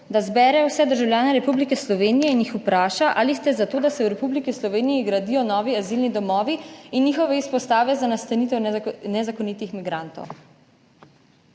da zbere vse državljane Republike Slovenije in jih vpraša: ali ste za to, da se v Republiki Sloveniji gradijo novi azilni domovi in njihove izpostave za nastanitev nezakonitih migrantov?